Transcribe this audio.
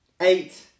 eight